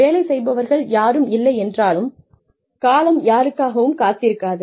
வேலை செய்பவர்கள் யாரும் இல்லை என்றாலும் காலம் யாருக்காகவும் காத்திருக்காது